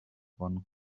one